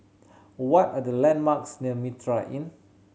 what are the landmarks near Mitraa Inn